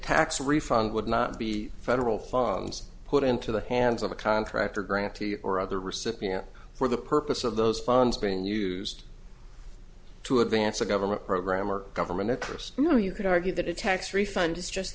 tax refund would not be federal funds put into the hands of a contractor grantee or other recipient for the purpose of those funds being used to advance a government program or government of course you know you could argue that a tax refund is just